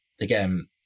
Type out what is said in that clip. again